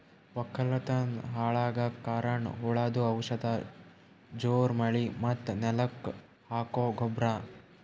ವಕ್ಕಲತನ್ ಹಾಳಗಕ್ ಕಾರಣ್ ಹುಳದು ಔಷಧ ಜೋರ್ ಮಳಿ ಮತ್ತ್ ನೆಲಕ್ ಹಾಕೊ ಗೊಬ್ರ